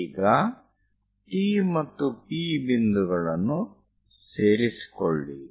ಈಗ T ಮತ್ತು P ಬಿಂದುಗಳನ್ನು ಸೇರಿಸಿಕೊಳ್ಳಿ